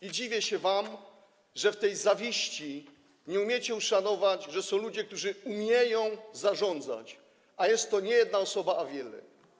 I dziwię się wam, że w tej zawiści nie umiecie uszanować, że są ludzie, którzy umieją zarządzać, a nie jest to jedna osoba, ale wiele.